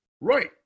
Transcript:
Right